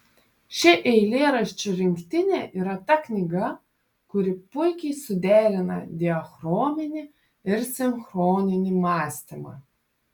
ši eilėraščių rinktinė yra ta knyga kuri puikiai suderina diachroninį ir sinchroninį mąstymą